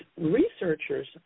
researchers